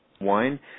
wine